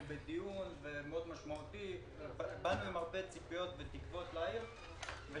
בדיון מאוד משמעותי אליו באנו עם הרבה ציפיות ותקוות לעיר אבל